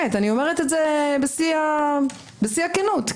בשיא הכנות.